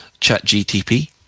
ChatGTP